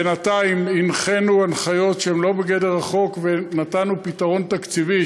בינתיים הנחינו הנחיות שהן לא בגדר החוק ונתנו פתרון תקציבי,